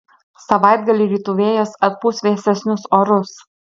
savaitgalį rytų vėjas atpūs vėsesnius orus